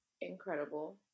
incredible